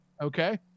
okay